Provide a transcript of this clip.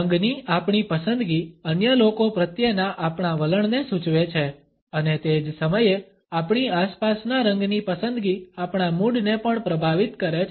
રંગની આપણી પસંદગી અન્ય લોકો પ્રત્યેના આપણા વલણને સૂચવે છે અને તે જ સમયે આપણી આસપાસના રંગની પસંદગી આપણા મૂડ ને પણ પ્રભાવિત કરે છે